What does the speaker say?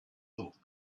thought